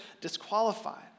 disqualified